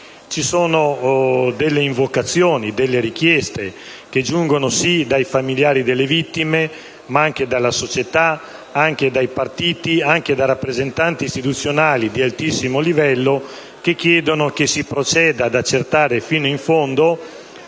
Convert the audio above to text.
ci sono invocazioni o richieste che giungono dai familiari delle vittime ma anche dalla società, dai partiti e da rappresentanti istituzionali di altissimo livello affinché si proceda ad accertare fino in fondo